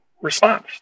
response